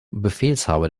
befehlshaber